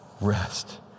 Rest